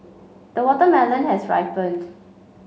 the watermelon has ripened